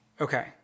okay